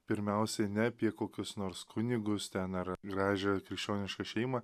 pirmiausiai ne apie kokius nors kunigus ten ar gražią krikščionišką šeimą